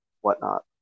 whatnot